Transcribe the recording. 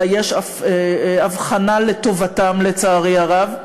אלא יש הבחנה לטובתם, לצערי הרב.